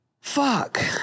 fuck